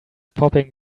popping